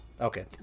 Okay